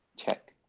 check.